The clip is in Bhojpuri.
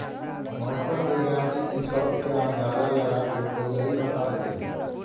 मौसम विज्ञानी इ सब के अंदाजा लगा के पहिलहिए बता देवेला